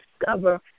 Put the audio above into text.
discover